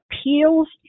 appeals